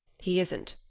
he isn't,